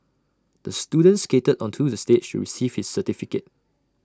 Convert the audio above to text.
the student skated onto the stage receive his certificate